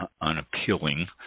unappealing